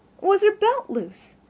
was her belt loose?